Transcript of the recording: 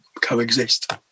coexist